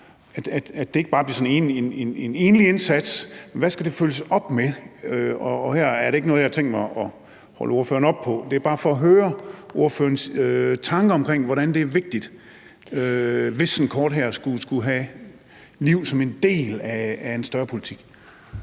så det ikke bare bliver sådan en enlig indsats. Hvad skal det følges op med? Og her er det ikke noget, jeg har tænkt mig at holde ordføreren op på. Det er bare for at høre ordførerens tanker omkring, hvad der er vigtigt, hvis sådan et kort her skulle have liv som en del af en større politik.